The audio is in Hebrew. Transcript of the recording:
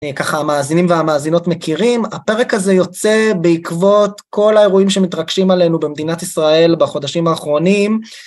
ככה המאזינים והמאזינות מכירים, הפרק הזה יוצא בעקבות כל האירועים שמתרגשים עלינו במדינת ישראל בחודשים האחרונים